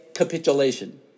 Capitulation